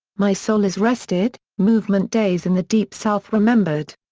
my soul is rested movement days in the deep south remembered.